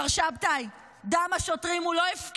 מר שבתאי, דם השוטרים הוא לא הפקר.